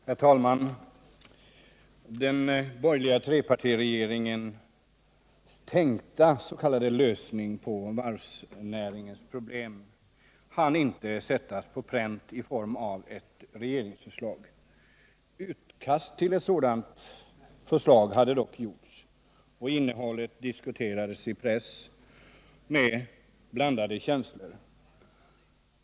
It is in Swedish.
Herr talman! Den borgerliga trepartiregeringens tänkta s.k. lösning på varvsnäringens problem hann inte sättas på pränt i form av ett regeringsför slag. Utkast till ett sådant förslag hade dock gjorts, och innehållet diskuterades i pressen med blandade känslor.